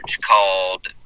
called